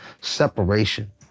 separation